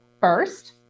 first